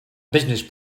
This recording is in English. business